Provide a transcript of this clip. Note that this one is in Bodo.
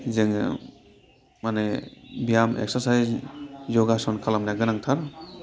जोङो माने बियाम एक्सारसायस जगासन खालामनाया गोनांथार